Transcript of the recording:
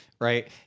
right